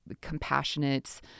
compassionate